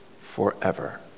forever